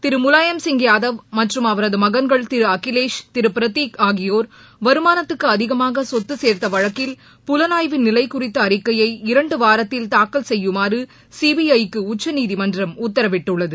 திரு முலாயம் சிங் யாதவ் மற்றும் அவரது மகன்கள் திரு அகிலேஷ் திரு பிரதிக் ஆகியோர் வருமானத்துக்கு அதிகமாக சொத்து சேர்த்த வழக்கில் புலனாய்வின் நிலை குறித்த அறிக்கையை இரண்டு வாரத்தில் தாக்கல் செய்யுமாறு சிபிஐக்கு உச்சநீதிமன்றம் உத்தரவிட்டுள்ளது